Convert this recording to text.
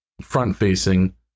front-facing